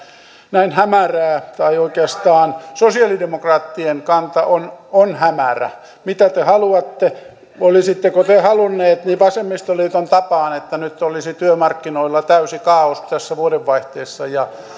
näin hämärää tai oikeastaan sosialidemokraattien kanta on on hämärä mitä te haluatte olisitteko te halunneet vasemmistoliiton tapaan että nyt olisi työmarkkinoilla täysi kaaos vuodenvaihteessa ja